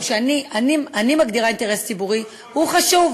שאני מגדירה אינטרס ציבורי הוא חשוב,